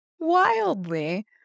Wildly